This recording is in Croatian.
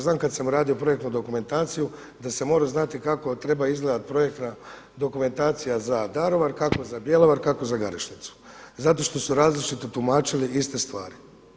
Znam da kada sam radio projektu dokumentaciju da sam morao znati kako treba izgledati projektna dokumentacija za Daruvar, kako za Bjelovar, kako za Garešnicu zato što su različito tumačili iste stvari.